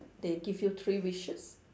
they give you three wishes